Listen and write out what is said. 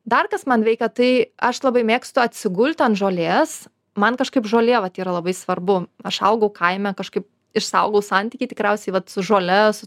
dar kas man veikia tai aš labai mėgstu atsigulti ant žolės man kažkaip žolė vat yra labai svarbu aš augau kaime kažkaip išsaugau santykį tikriausiai vat su žole su